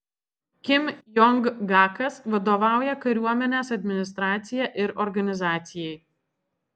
kim jong gakas vadovauja kariuomenės administracija ir organizacijai